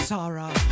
Sarah